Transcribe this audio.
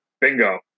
Bingo